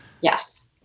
Yes